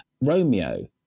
Romeo